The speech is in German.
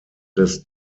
des